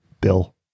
Bill